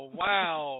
wow